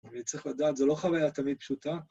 אני צריך לדעת, זו לא חוויה תמיד פשוטה.